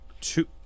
Two